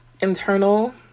internal